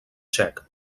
txec